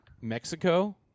Mexico